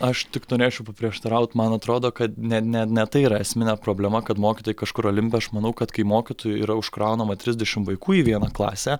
aš tik norėčiau paprieštaraut man atrodo kad ne ne ne tai yra esminė problema kad mokytojai kažkur aš manau kad kai mokytojui yra užkraunama trisdešimt vaikų į vieną klasę